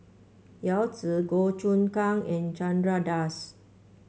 Yao Zi Goh Choon Kang and Chandra Das